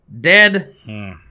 dead